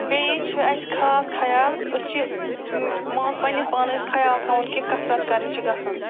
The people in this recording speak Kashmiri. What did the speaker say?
بیٚیہِ چھِ اَسہِ خاص خیال أسۍ چھِ مان ژٕ پنٛنِس پانَس خیال تھاوُن کہِ کثرت کرنہِ چھِ گژھُن